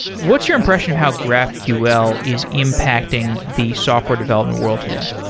what's your impression of how graphql is impacting the software development world today?